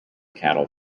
cattle